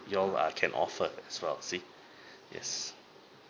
you all uh can offer as well see yes